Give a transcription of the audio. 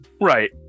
Right